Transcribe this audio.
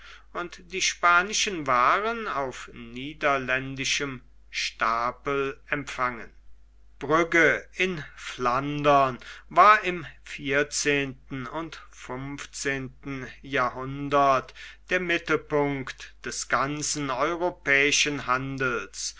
und die spanischen waaren aus niederländischem stapel empfangen brügge in flandern war im vierzehnten und fünfzehnten jahrhundert der mittelpunkt des ganzen europäischen handels